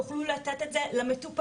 תוכלו לתת את זה למטופלים,